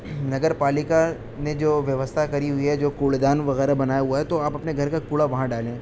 نگر پالیکا نے جو ووستھا کری ہوئی ہے جو کوڑے دان وغیرہ بنایا ہوا ہے تو آپ اپنے گھر کا کوڑا وہاں ڈالیں